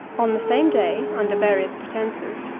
on the same day, under various pretences,